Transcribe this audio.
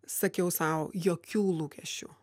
sakiau sau jokių lūkesčių